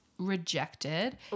rejected